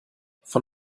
von